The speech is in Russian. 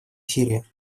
сирии